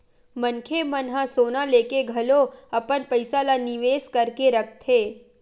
मनखे मन ह सोना लेके घलो अपन पइसा ल निवेस करके रखथे